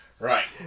Right